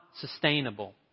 sustainable